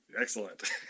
Excellent